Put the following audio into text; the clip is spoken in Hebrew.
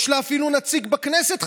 יש לחסידות בעלז אפילו נציג בכנסת,